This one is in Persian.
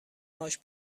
هاش